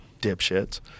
dipshits